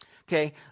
Okay